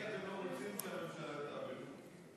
ולכן אתם לא רוצים שהממשלה תעביר חוקים.